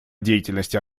деятельности